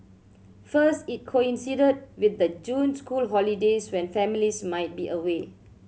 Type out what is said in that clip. first it coincided with the June school holidays when families might be away